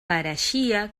pareixia